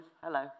Hello